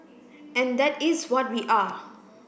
and that is what we are